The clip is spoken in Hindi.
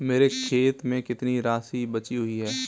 मेरे खाते में कितनी राशि बची हुई है?